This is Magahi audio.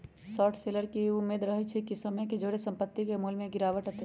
शॉर्ट सेलर के इ उम्मेद रहइ छइ कि समय के जौरे संपत्ति के मोल में गिरावट अतइ